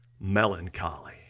Melancholy